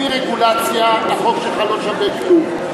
בלי רגולציה החוק שלך לא שווה כלום.